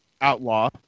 outlaw